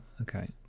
Okay